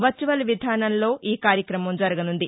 virtual విధానంలో రఃకార్యక్రమం జరగనుంది